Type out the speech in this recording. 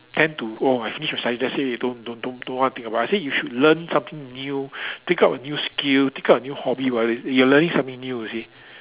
tend to oh I finish my studies that's it already don't don't don't want to think about it I said you should learn something new pick up a new skill pick up a new hobby while you you are learning something new you see